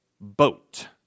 boat